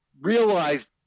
realized